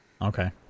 okay